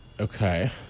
Okay